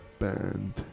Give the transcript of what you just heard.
band